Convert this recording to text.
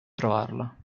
trovarla